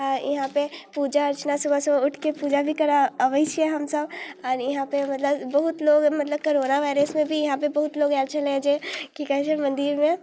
आओर इहाँपर पूजा अर्चना सुबह सुबह उठिकऽ पूजा भी करै आबै छिए हमसब आओर इहाँपर मतलब बहुत लोक मतलब कोरोना वाइरसमे भी इहाँप बहुत लोग आएल छलै जे कि कहै छै मन्दिरमे